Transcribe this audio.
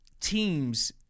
teams